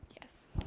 Yes